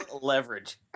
leverage